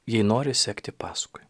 jei nori sekti paskui